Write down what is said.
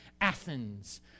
Athens